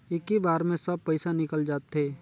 इक्की बार मे सब पइसा निकल जाते?